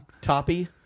toppy